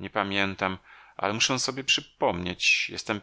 nie pamiętam ale muszę sobie przypomnieć jestem